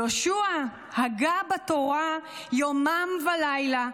יהושע הגה בתורה יומם ולילה,